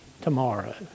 tomorrow